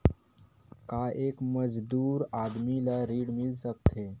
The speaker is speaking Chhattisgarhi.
का एक मजदूर आदमी ल ऋण मिल सकथे?